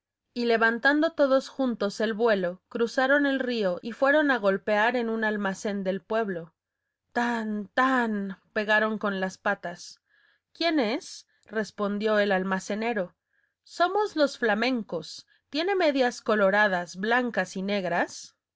y levantando todos juntos el vuelo cruzaron el río y fueron a golpear en un almacén del pueblo tan tan pegaron con las patas quién es respondió el almacenero somos los flamencos tiene medias coloradas blancas y negras